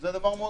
זה מאוד חשוב.